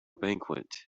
banquet